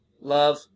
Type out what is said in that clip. Love